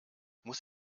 muss